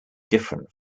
different